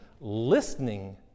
listening